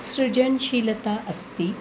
सृजनशीलता अस्ति